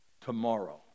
tomorrow